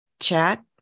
chat